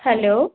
hello